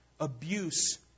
abuse